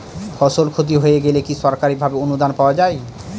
ফসল ক্ষতি হয়ে গেলে কি সরকারি ভাবে অনুদান পাওয়া য়ায়?